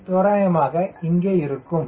G தோராயமாக இங்கே இருக்கும்